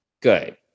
good